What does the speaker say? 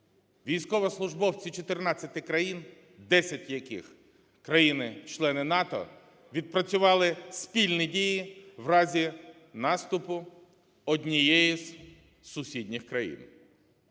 Військовослужбовці 14 країн, 10 з яких країни-члени НАТО відпрацювали спільні дії в разі наступу однієї з сусідніх країн.